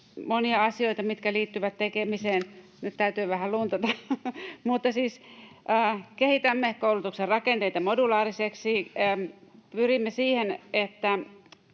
monia asioita, mitkä liittyvät tekemiseen. — Nyt täytyy vähän luntata. — Siis kehitämme koulutuksen rakenteita modulaarisiksi, pyrimme siihen, että